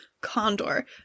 condor